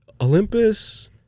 olympus